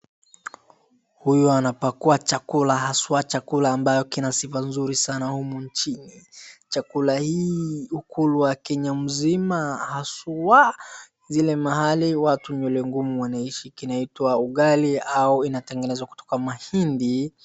Huyu anapakua chakula haswa chakula ambayo kina sifa nzuri sana humu nchini. Chakula hii hukulwa Kenya mzima haswa zile mahali watu nywele ngumu wanaishi. Kinaitwa ugali au inatengenezwa kutoka mahindi.